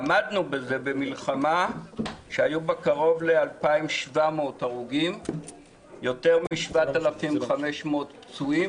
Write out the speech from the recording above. עמדנו בזה במלחמה שהיו בה קרוב ל-2,700 הרוגים ויותר מ-7,500 פצועים